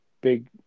big